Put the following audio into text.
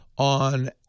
on